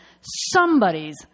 somebody's